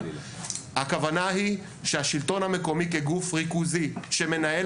הכוונה היא שהשלטון המקומי כגוך ריכוזי שמנהל